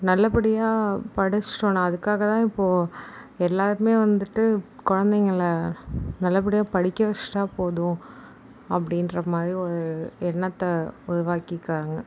நல்ல படியாக படிச்சுட்டோம்ன்னா அதுக்காக தான் இப்போ எல்லாருமே வந்துட்டு குழந்தைங்கள நல்ல படியாக படிக்க வச்சுட்டால் போதும் அப்படின்றமாரி ஒரு எண்ணத்தை உருவாக்கிக்கிறாங்க